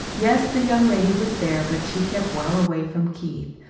yes, the young lady was there, but she kept well away from keith,